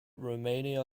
romania